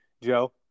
Joe